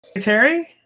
Terry